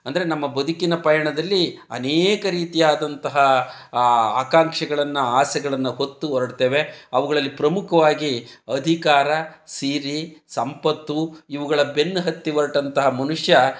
ಅಂದರೆ ನಮ್ಮ ಬದುಕಿನ ಪಯಣದಲ್ಲಿ ಅನೇಕ ರೀತಿಯಾದಂತಹ ಆಕಾಂಕ್ಷೆಗಳನ್ನು ಆಸೆಗಳನ್ನು ಹೊತ್ತು ಹೊರಡ್ತೇವೆ ಅವುಗಳಲ್ಲಿ ಪ್ರಮುಖವಾಗಿ ಅಧಿಕಾರ ಸಿರಿ ಸಂಪತ್ತು ಇವುಗಳ ಬೆನ್ನ ಹತ್ತಿ ಹೊರಟಂಥ ಮನುಷ್ಯ